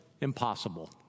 impossible